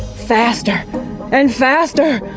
faster and faster,